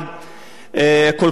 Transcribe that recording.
כל כך חשוב,